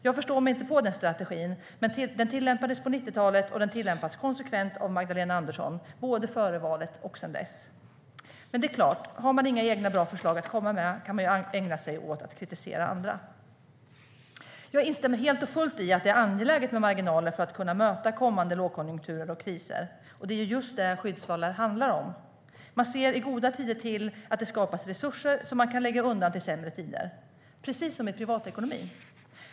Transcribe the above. Jag förstår mig inte på den strategin. Men den tillämpades på 90-talet, och den tillämpas konsekvent av Magdalena Andersson, både före valet och sedan dess. Men det är klart att om man inte har några egna, bra förslag att komma med kan man ju ägna sig åt att kritisera andra. Jag instämmer helt och fullt i att det är angeläget med marginaler för att kunna möta kommande lågkonjunkturer och kriser. Det är just det skyddsvallar handlar om. Man ser i goda tider till att det skapas resurser som man kan lägga undan till sämre tider, precis som i privatekonomin.